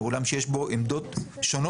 הוא עולם שיש בו עמדות שונות.